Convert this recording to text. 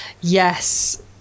yes